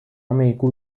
میگو